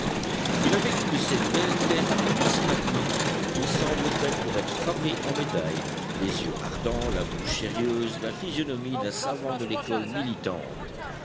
il avait une de ces belles têtes numismatiques qui semblent faites pour être frappées en médailles les yeux ardents la bouche sérieuse la physionomie d'un savant de l'école militante